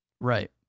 Right